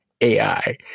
AI